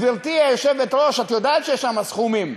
גברתי היושבת-ראש, את יודעת שיש שם סכומים.